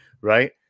Right